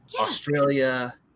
Australia